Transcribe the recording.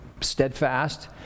steadfast